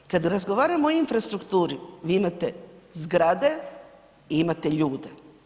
Kad razgovaramo o infrastrukturi vi imate zgrade i imate ljude.